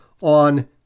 on